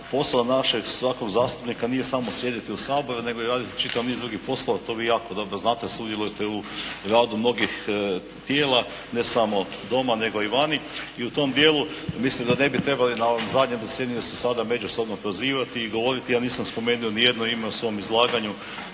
posao našeg svakog zastupnika nije samo sjediti u Saboru nego i raditi čitav niz drugih poslova to vi jako dobro znate, sudjelujete u radu mnogih tijela, ne samo Doma nego i vani. I u tom dijelu mislim da ne bi trebali na ovom zadnjem zasjedanju se sada međusobno prozivati i govoriti, ja nisam spomenuo ni jedno ime u svom izlaganju